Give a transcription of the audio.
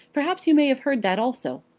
perhaps you may have heard that also.